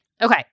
Okay